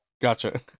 gotcha